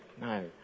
No